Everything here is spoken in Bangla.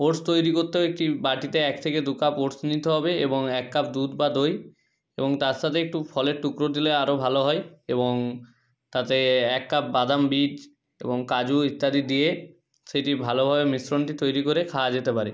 ওটস তৈরি করতেও একটি বাটিতে এক থেকে দু কাপ ওটস নিতে হবে এবং এক কাপ দুধ বা দই এবং তার সাথে একটু ফলের টুকরো দিলে আরও ভালো হয় এবং তাতে এক কাপ বাদাম বীজ এবং কাজু ইত্যাদি দিয়ে সেটি ভালোভাবে মিশ্রণটি তৈরি করে খাওয়া যেতে পারে